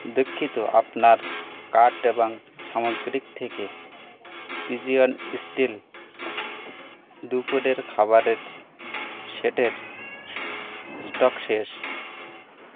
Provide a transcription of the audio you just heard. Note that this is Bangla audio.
দুঃখিত আপনার কার্ট এবং সামগ্রী থেকে পিজিয়ন স্টিল দুপুরের খাবারের সেটের স্টক শেষ